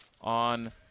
on